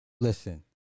Listen